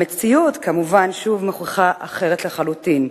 המציאות כמובן מוכיחה שוב אחרת לחלוטין.